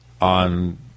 on